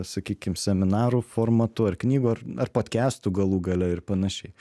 sakykim seminarų formatu ar knygų ar ar podkastų galų gale ir panašiai